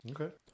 Okay